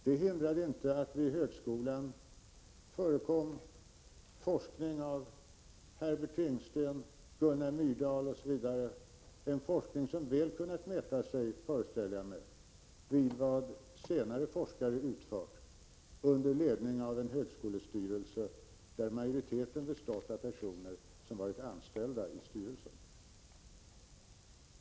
Det hindrade inte att det vid högskolan förekom forskning av Herbert Tingsten, Gunnar Myrdal, m.fl. Det är en forskning som väl kunnat mäta sig, föreställer jag mig, med vad senare forskare utfört under ledning av en högskolestyrelse där majoriteten bestått av personer som varit anställda i styrelsen.